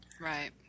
Right